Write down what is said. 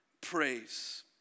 Praise